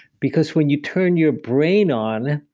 because when you turn your brain on,